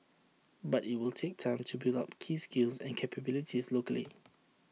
but IT will take time to build up keys skills and capabilities locally